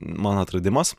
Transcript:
mano atradimas